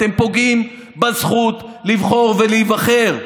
אתם פוגעים בזכות לבחור ולהיבחר,